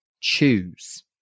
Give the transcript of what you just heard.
choose